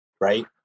right